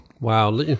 Wow